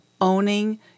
owning